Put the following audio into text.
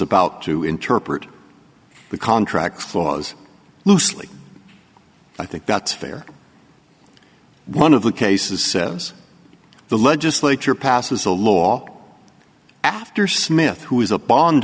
about to interpret the contract clause loosely i think that's fair one of the cases says the legislature passes a law after smith who is a bond